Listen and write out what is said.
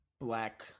black